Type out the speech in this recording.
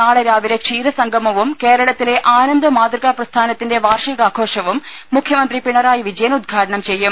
നാളെ രാവിലെ ക്ഷീരസം ഗമവും കേരളത്തിലെ ആനന്ദ് മാതൃകാ പ്രസ്ഥാനത്തിന്റെ വാർഷികാഘോഷവും മുഖ്യമന്ത്രി പിണറായി വിജയൻ ഉദ്ഘാ ടനം ചെയ്യും